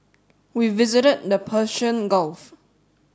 we visited the Persian Gulf